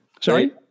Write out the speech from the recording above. Sorry